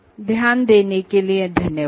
ध्यान देने के लिये धन्यवाद